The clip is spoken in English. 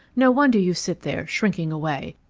no wonder you sit there, shrinking away!